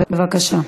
בבקשה.